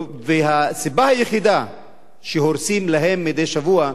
הסיבה היחידה שהורסים להם מדי שבוע,